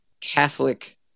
Catholic